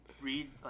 read